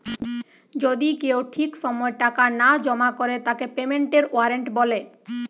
যদি কেউ ঠিক সময় টাকা না জমা করে তাকে পেমেন্টের ওয়ারেন্ট বলে